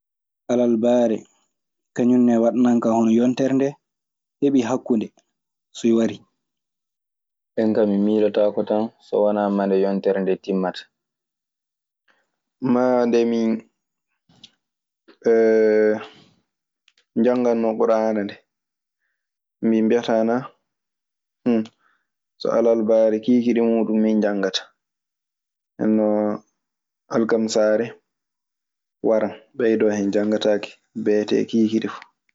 Alarbaare, kañun ne waɗanan kan hono yontere ndee heɓii hakkunde, so wari. Nden kaa mi miilotaako tan so wanaa mande yontere ndee timmata. Maa nde min njanngannoo Ɓur'aana ndee. Min mbiyataa na, so alarbaare kiikiiɗe mun mi njanngataa. Ndennon alkamisaare waran ɓeydoo hen janngataake, beete e kiikiiɗe fu.